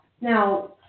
Now